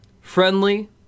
Friendly